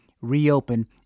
reopen